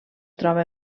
troba